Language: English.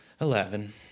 Eleven